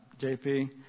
JP